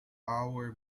our